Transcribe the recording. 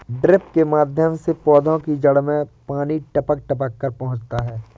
drip के माध्यम से पौधे की जड़ में पानी टपक टपक कर पहुँचता है